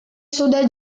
sudah